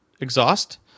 exhaust